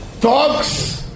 Talks